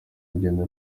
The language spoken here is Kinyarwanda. rugendo